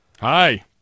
Hi